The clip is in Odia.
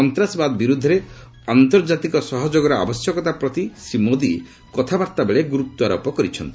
ସନ୍ତାସବାଦ ବିରୁଦ୍ଧରେ ଆନ୍ତର୍ଜାତିକ ସହଯୋଗର ଆବଶ୍ୟକତା ପ୍ରତି ଶ୍ରୀ ମୋଦୀ କଥାବାର୍ତ୍ତା ବେଳେ ଗୁରୁତ୍ୱାରୋପ କରିଛନ୍ତି